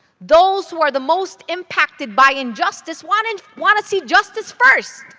those who are the most impacted by injustice want and want to see justice first.